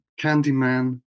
Candyman